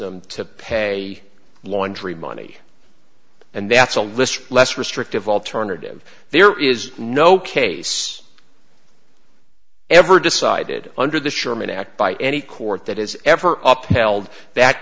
m to pay laundry money and that's a list less restrictive alternative there is no case ever decided under the sherman act by any court that has ever up held that